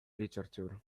literature